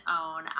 own